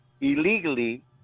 illegally